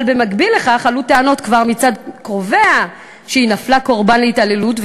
אבל במקביל לכך עלו כבר טענות מצד קרוביה שהיא נפלה קורבן להתעללות,